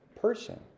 person